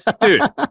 dude